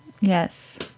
Yes